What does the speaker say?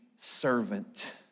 servant